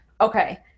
Okay